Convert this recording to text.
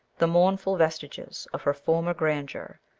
the mournful vestiges of her former grandeur,